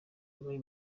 wabaye